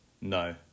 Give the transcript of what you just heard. no